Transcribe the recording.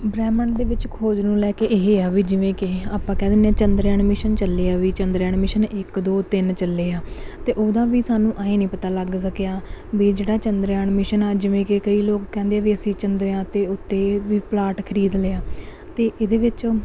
ਬ੍ਰਹਿਮੰਡ ਦੇ ਵਿੱਚ ਖੋਜ ਨੂੰ ਲੈ ਕੇ ਇਹ ਆ ਵੀ ਜਿਵੇਂ ਕਿ ਆਪਾਂ ਕਹਿ ਦਿੰਦੇ ਹਾਂ ਚੰਦਰਯਾਨ ਮਿਸ਼ਨ ਚੱਲੇ ਆ ਵੀ ਚੰਦਰਯਾਨ ਮਿਸ਼ਨ ਇੱਕ ਦੋ ਤਿੰਨ ਚੱਲੇ ਆ ਅਤੇ ਉਹਦਾ ਵੀ ਸਾਨੂੰ ਆਏਂ ਨਹੀਂ ਪਤਾ ਲੱਗ ਸਕਿਆ ਵੀ ਜਿਹੜਾ ਚੰਦਰਯਾਨ ਮਿਸ਼ਨ ਆ ਜਿਵੇਂ ਕਿ ਕਈ ਲੋਕ ਕਹਿੰਦੇ ਆ ਵੀ ਅਸੀਂ ਚੰਦਰਯਾਨ 'ਤੇ ਉੱਤੇ ਵੀ ਪਲਾਟ ਖਰੀਦ ਲਿਆ ਅਤੇ ਇਹਦੇ ਵਿੱਚ